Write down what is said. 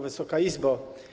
Wysoka Izbo!